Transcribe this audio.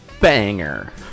Banger